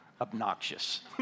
obnoxious